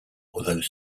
although